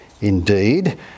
Indeed